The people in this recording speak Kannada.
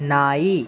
ನಾಯಿ